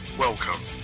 Welcome